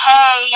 Hey